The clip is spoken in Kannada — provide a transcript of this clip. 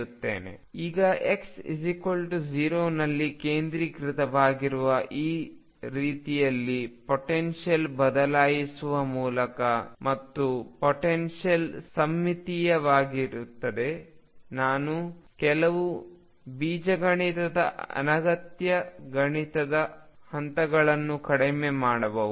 ಈಗ x 0 ನಲ್ಲಿ ಕೇಂದ್ರೀಕೃತವಾಗಿರುವ ರೀತಿಯಲ್ಲಿ ಪೊಟೆನ್ಶಿಯಲ್ ಬದಲಾಯಿಸುವ ಮೂಲಕ ಮತ್ತು ಪೊಟೆನ್ಶಿಯಲ್ ಸಮ್ಮಿತಿಯಾಗುತ್ತದೆ ನಾನು ಕೆಲವು ಬೀಜಗಣಿತದ ಅನಗತ್ಯ ಗಣಿತದ ಹಂತಗಳನ್ನು ಕಡಿಮೆ ಮಾಡಬಹುದು